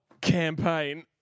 campaign